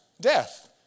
death